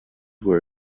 were